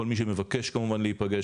כל מי שמבקש כמובן להיפגש,